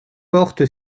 porte